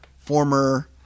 former